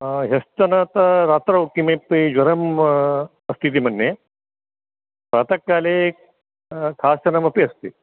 ह्यस्तनतः रात्रौ किमपि ज्वरं अस्ति इति मन्ये प्रातःकाले खासनमपि अस्ति